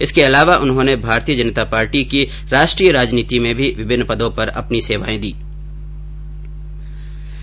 इसक अलावा उन्होंने भाजपा की राष्ट्रीय राजनीति में भी विभिन्न पदों पर अपनी सेवाएं दी थी